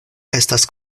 estas